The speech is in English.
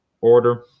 order